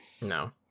no